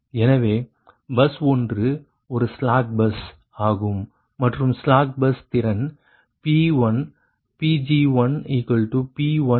எனவே பஸ் ஒன்று ஒரு ஸ்லாக் பஸ் ஆகும் மற்றும் ஸ்லாக் பஸ் திறன் P1Pg1P1PL1 ஆகும்